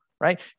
Right